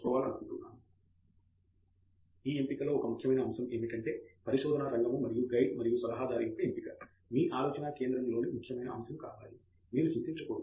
దేశ్పాండే ఈ ఎంపికలో ఒక ముఖ్యమైన అంశం ఏమిటంటే పరిశోధనా రంగము మరియు గైడ్ మరియు సలహాదారు యొక్క ఎంపిక మీ ఆలోచన కేంద్రలోని ముఖ్యమైన అంశము కావాలి మీరు చింతించకూడదు